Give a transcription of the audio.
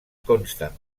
consten